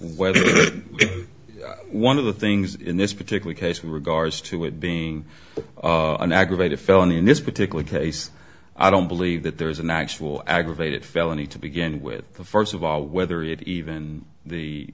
whether one of the things in this particular case in regards to it being an aggravated felony in this particular case i don't believe that there's an actual aggravated felony to begin with the first of all whether it even the